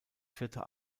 vierte